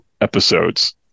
episodes